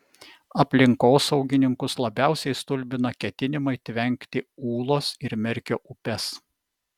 aplinkosaugininkus labiausiai stulbina ketinimai tvenkti ūlos ir merkio upes